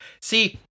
See